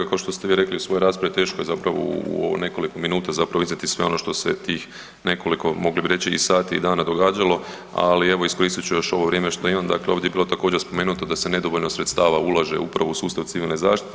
Pa kao što ste vi rekli u svojoj raspravi teško je zapravo u ovih nekoliko minuta iznijeti sve ono što se tih nekoliko mogli bi reći i sati i dana događalo, ali evo iskoristit ću još ovo vrijeme što imam dakle ovdje je bilo također spomenuto da se nedovoljno sredstava ulaže upravo u sustav civilne zaštite.